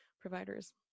providers